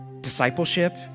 discipleship